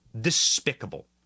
Despicable